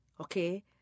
Okay